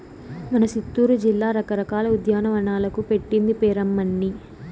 మన సిత్తూరు జిల్లా రకరకాల ఉద్యానవనాలకు పెట్టింది పేరమ్మన్నీ